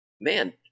man